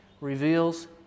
reveals